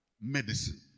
medicine